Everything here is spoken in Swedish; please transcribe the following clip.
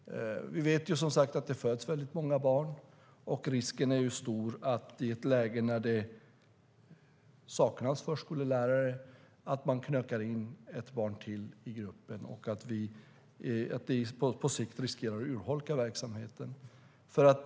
Vi vet, som sagt, att det föds väldigt många barn. Risken är stor, i ett läge när det saknas förskollärare, att man knökar in ett barn till i gruppen. Och det riskerar på sikt att urholka verksamheten.